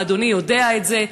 ואדוני יודע את זה.